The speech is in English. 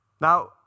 Now